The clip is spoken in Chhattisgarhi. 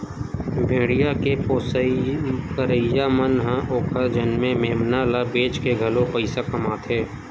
भेड़िया के पोसई करइया मन ह ओखर जनमे मेमना ल बेचके घलो पइसा कमाथे